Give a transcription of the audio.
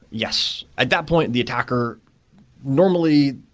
yes. at that point, the attacker normally,